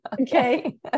Okay